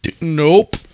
Nope